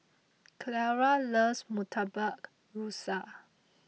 Ciara loves Murtabak Rusa